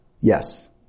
yes